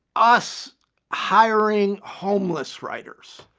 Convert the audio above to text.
us hiring homeless writers.